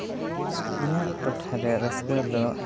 ᱤᱧᱟᱹᱜ ᱴᱚᱴᱷᱟ ᱨᱮ ᱨᱟᱹᱥᱠᱟᱹ ᱫᱚ